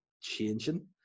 changing